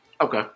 Okay